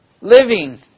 living